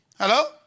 Hello